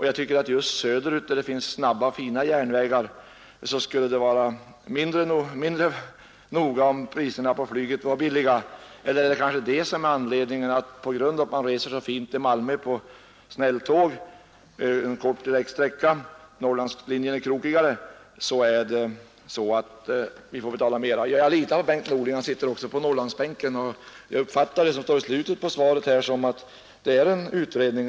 Jag tycker att just söderut, där det finns snabba och fina järnvägar, skulle det vara mindre noga om priserna på flyget var låga. Eller är det kanske därför att man reser så fint till Malmö med snälltåg, en kort direktsträcka — Norrlandslinjen är krokigare — som vi får betala mera? Jag litar på Bengt Norling, han sitter också på Norrlandsbänken, och jag uppfattar det som står i slutet av svaret som att en utredning pågår.